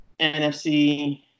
NFC